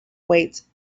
weights